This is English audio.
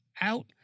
out